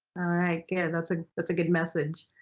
alright good, and that's a that's a good message.